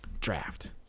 Draft